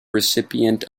recipient